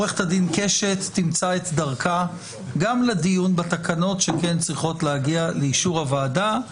וע"ד קשת תמצא את דרכה גם לדיון בתקנות שכן צריכות להגיע לאישור הוועדה.